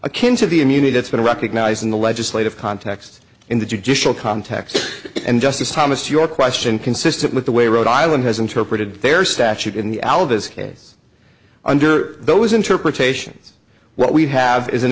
akin to the immunity that's been recognized in the legislative context in the judicial context and justice thomas your question consistent with the way rhode island has interpreted their statute in the al this case under those interpretations what we have is an